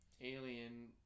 alien